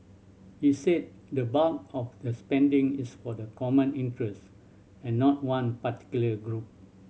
he said the bulk of the spending is for the common interest and not one particular group